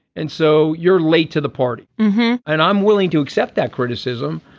and so you're late to the party and i'm willing to accept that criticism.